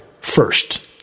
first